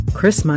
Chris